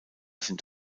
sind